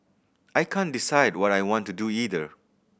I can't decide what I want to do either